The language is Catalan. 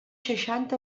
seixanta